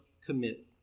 commit